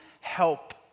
help